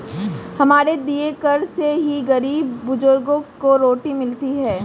हमारे दिए कर से ही गरीब बुजुर्गों को रोटी मिलती है